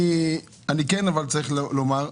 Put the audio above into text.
אבל כן צריך לומר,